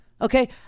Okay